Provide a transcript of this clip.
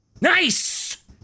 Nice